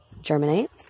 germinate